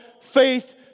faith